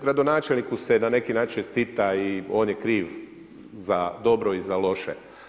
Gradonačelniku se na neki način čestita i on je kriv za dobro i za loše.